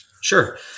Sure